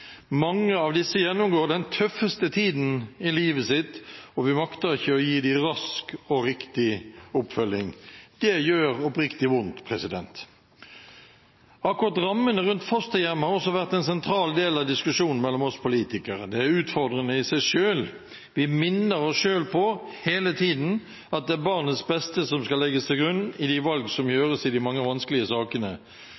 Mange av disse gjennomgår den tøffeste tiden i livet sitt, og vi makter ikke å gi dem rask og riktig oppfølging. Det gjør oppriktig vondt. Akkurat rammene rundt fosterhjem har også vært en sentral del av diskusjonen mellom oss politikere. Det er utfordrende i seg selv. Vi minner oss selv på, hele tiden, at det er barnets beste som skal legges til grunn i de valg som